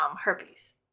herpes